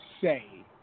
say